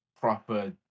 proper